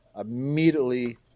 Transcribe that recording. immediately